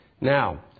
Now